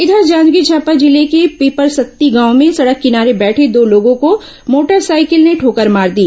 इधर जांजगीर चांपा जिले को पिपरसत्ती गांव में सड़क किनारे बैठे दो लोगों को मोटरसाइकिल ने ठोकर मार दी